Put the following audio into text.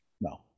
no